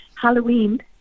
Halloween